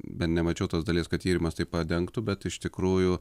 ne nemačiau tos dalies kad tyrimas tai padengtų bet iš tikrųjų